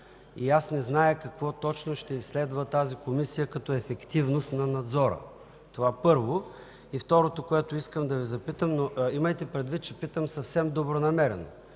Не зная какво точно ще изследва тази Комисия като ефективност на надзора – това, първо. Второто, за което искам да попитам, имайте предвид, че питам съвсем добронамерено,